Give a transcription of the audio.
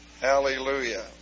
hallelujah